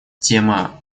тема